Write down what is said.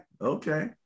Okay